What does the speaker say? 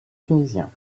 tunisien